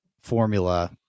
formula